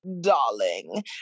darling